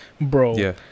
bro